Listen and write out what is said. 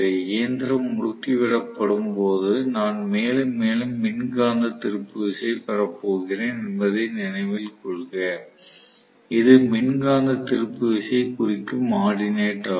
இயந்திரம் முடுக்கிவிடப் படும் போது நான் மேலும் மேலும் மின்காந்த திருப்பு விசை பெறப் போகிறேன் என்பதை நினைவில் கொள்க இது மின்காந்த திருப்பு விசையை குறிக்கும் ஆர்டினேட் ஆகும்